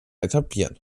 etablieren